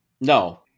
No